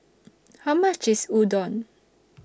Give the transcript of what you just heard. How much IS Udon